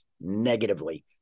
negatively